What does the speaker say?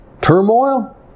turmoil